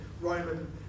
Roman